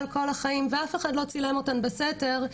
כל החיים ואף אחד לא צילם אותן בסתר,